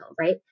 right